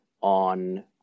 on